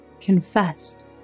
confessed